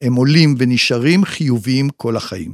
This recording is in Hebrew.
הם עולים ונשארים חיוביים כל החיים.